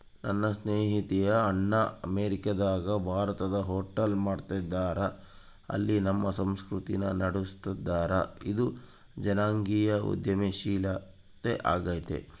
ನನ್ನ ಸ್ನೇಹಿತೆಯ ಅಣ್ಣ ಅಮೇರಿಕಾದಗ ಭಾರತದ ಹೋಟೆಲ್ ಮಾಡ್ತದರ, ಅಲ್ಲಿ ನಮ್ಮ ಸಂಸ್ಕೃತಿನ ನಡುಸ್ತದರ, ಇದು ಜನಾಂಗೀಯ ಉದ್ಯಮಶೀಲ ಆಗೆತೆ